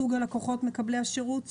סוג הלקוחות מקבלי השירות,